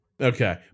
Okay